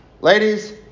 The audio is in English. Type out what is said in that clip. ladies